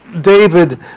David